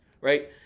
right